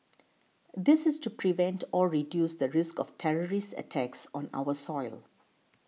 this is to prevent or reduce the risk of terrorist attacks on our soil